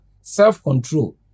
self-control